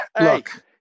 look